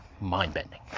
mind-bending